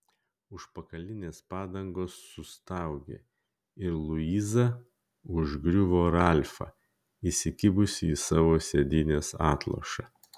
užpakalinės padangos sustaugė ir luiza užgriuvo ralfą įsikibusi į savo sėdynės atlošą